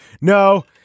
No